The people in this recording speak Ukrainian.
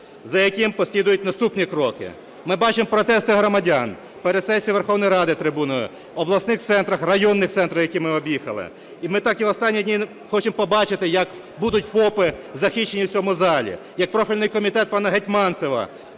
за яким послідують наступні кроки. Ми бачимо протести громадян перед сесією Верховної Ради, трибуною, обласних центрах, районних центрах, які ми об'їхали. І ми так і в останні дні хочемо побачити, як будуть ФОПи захищені в цьому залі, як профільний комітет пана Гетманцева